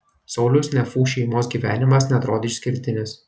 sauliaus nefų šeimos gyvenimas neatrodė išskirtinis